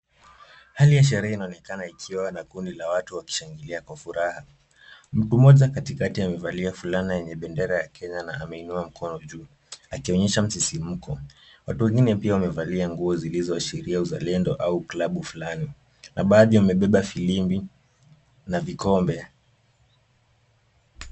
Hali ya sherehe inaonekana ikiwa na ķundi la watu wakishangilia kwa furaha. Mtu mmoja katikati amevalia fulana yenye bendera ya Kenya na ameinua mkono juu akionyesha msisimko. Watu wengine pia wamevalia nguo zilizoashiria uzalendo au klabu fulani na baadhi wamebeba firimbi na vikombe.